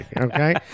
Okay